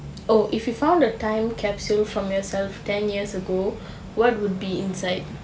oh if you found a time capsule from yourself ten years ago what would be inside